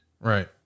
Right